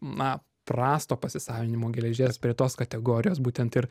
na prasto pasisavinimo geležies prie tos kategorijos būtent ir